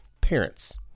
parents